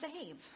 save